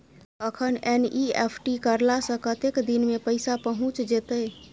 अखन एन.ई.एफ.टी करला से कतेक दिन में पैसा पहुँच जेतै?